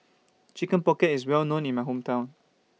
Chicken Pocket IS Well known in My Hometown